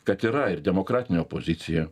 kad yra ir demokratinė opozicija